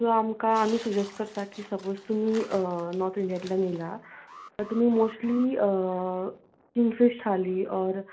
so आमकां आमी suggest करता की सपोज तुमी नोर्थ इंडियांतल्यान येला जाल्यार तुमी मोस्टली किंगफीश थाली ऑर